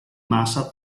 massa